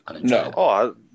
No